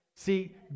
See